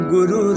Guru